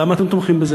למה אתם תומכים בזה?